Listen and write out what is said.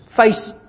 face